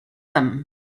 them